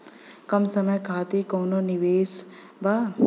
कम समय खातिर कौनो निवेश बा?